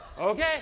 Okay